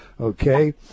Okay